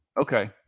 Okay